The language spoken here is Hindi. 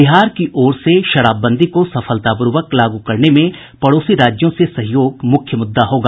बिहार की ओर से शराबबंदी को सफलतापूर्वक लागू करने में पड़ोसी राज्यों से सहयोग मुख्य मुद्दा होगा